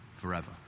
forever